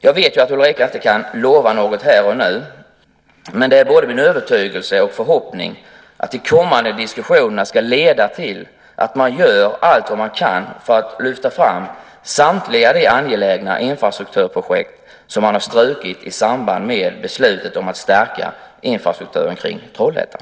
Jag vet att Ulrica inte kan lova något här och nu, men det är både min övertygelse och förhoppning att de kommande diskussionerna ska leda till att man gör allt vad man kan för att lyfta fram samtliga de angelägna infrastrukturprojekt som man har strukit i samband med beslutet om att stärka infrastrukturen kring Trollhättan.